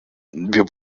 wir